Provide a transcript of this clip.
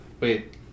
Wait